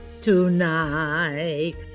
tonight